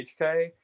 HK